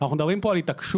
אנחנו מדברים כאן על התעקשות,